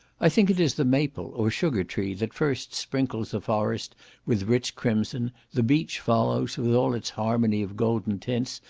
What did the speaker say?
i think it is the maple, or sugar tree, that first sprinkles the forest with rich crimson the beech follows, with all its harmony of golden tints,